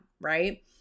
right